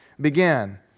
began